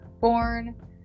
born